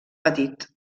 petit